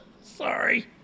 Sorry